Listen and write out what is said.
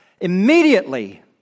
immediately